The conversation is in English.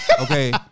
Okay